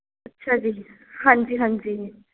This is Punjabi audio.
ਅੱਛਾ ਜੀ ਹਾਂਜੀ ਹਾਂਜੀ